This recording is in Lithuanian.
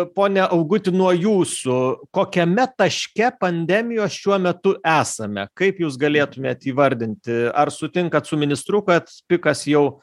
pone auguti nuo jūsų kokiame taške pandemijos šiuo metu esame kaip jūs galėtumėt įvardinti ar sutinkat su ministru kad pikas jau